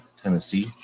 Tennessee